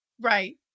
Right